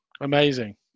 Amazing